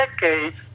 decades